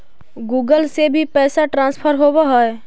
Google से भी पैसा ट्रांसफर होवहै?